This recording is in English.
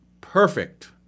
perfect